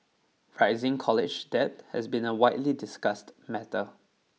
rising college debt has been a widely discussed matter